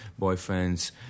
boyfriends